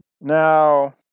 Now